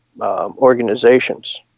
organizations